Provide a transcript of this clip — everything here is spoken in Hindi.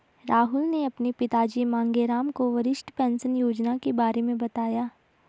राहुल ने अपने पिताजी मांगेराम को वरिष्ठ पेंशन योजना के बारे में बताया